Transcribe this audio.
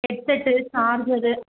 headset charger